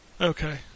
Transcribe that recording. Okay